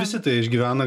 visi tai išgyvena